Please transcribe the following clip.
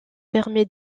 permet